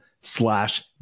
slash